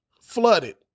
Flooded